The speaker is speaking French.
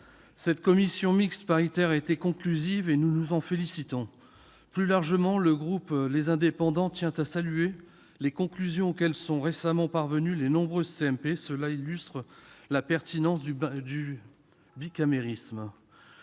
d'une commission mixte paritaire conclusive, ce dont nous nous félicitons. Plus largement, le groupe Les Indépendants tient à saluer les conclusions auxquelles sont récemment parvenues de nombreuses CMP, ce qui illustre la pertinence du bicamérisme.